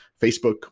Facebook